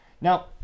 now